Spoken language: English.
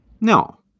No